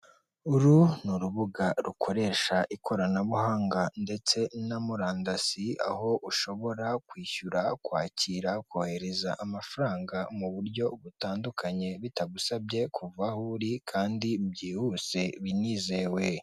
Uru ni urubuga rukoresha ikoranabuhanga ndetse na murandasi, aho ushobora kwishyura, kwakira, kohereza amafaranga mu buryo butandukanye bitagusabye kuva aho uri, kandi byihuse binizewe.